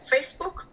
Facebook